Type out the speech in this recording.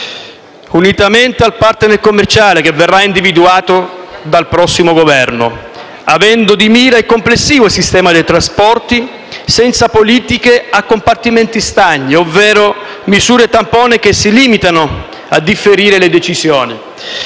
unitamente al *partner* commerciale che verrà individuato dal prossimo Governo, avendo di mira il complessivo sistema dei trasporti, senza politiche a compartimenti stagni ovvero misure tampone che si limitino a differire le decisioni.